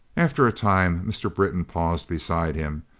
after a time mr. britton paused beside him,